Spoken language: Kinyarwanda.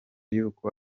y’uko